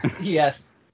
Yes